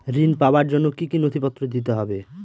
ঋণ পাবার জন্য কি কী নথিপত্র দিতে হবে?